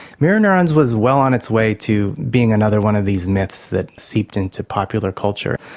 mirror neurons was well on its way to being another one of these myths that seeped into popular culture.